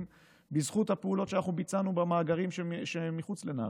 בזכות הפעולות שאנחנו ביצענו במאגרים שמחוץ לנהריה,